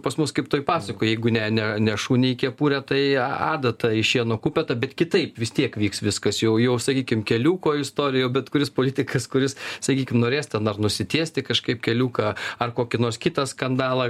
pas mus kaip toj pasakoj jeigu ne ne ne šaunį į kepurę tai a adatą į šieno kupetą bet kitaip vis tiek vyks viskas jau jau sakykim keliuko istorijoj jau bet kuris politikas kuris sakykim norės ten ar nusitiesti kažkaip keliuką ar kokį nors kitą skandalą